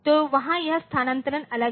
तो वहाँ यह स्थानांतरण अलग है